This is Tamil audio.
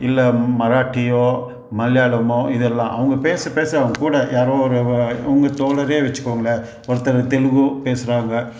இல்லை மராட்டியோ மலையாளமோ இதெல்லாம் அவங்க பேச பேச அவங்க கூட யாரோ ஒரு உங்கள் தோழரே வச்சுக்கோங்களேன் ஒருத்தர் தெலுங்கு பேசுகிறாங்க